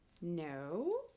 No